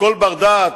וכל בר-דעת,